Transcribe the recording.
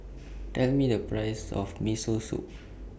Tell Me The Price of Miso Soup